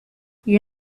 you